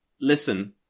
listen